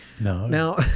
No